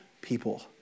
people